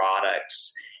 products